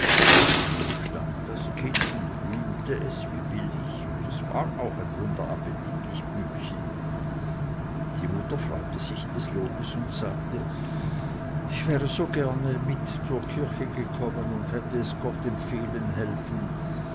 man umstand das kind und rühmte es wie billig und es war auch ein wunderappetitlich bübchen die mutter freute sich des lobes und sagte ich wäre auch so gerne mit zur kirche gekommen und hätte es gott empfehlen helfen